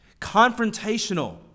confrontational